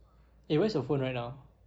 eh where's your phone right now